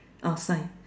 ah sign